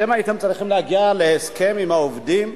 אתם הייתם צריכים להגיע להסכם עם העובדים.